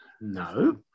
No